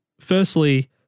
Firstly